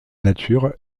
nature